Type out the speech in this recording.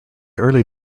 early